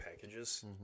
packages